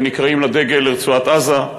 ונקראים לדגל לרצועת-עזה.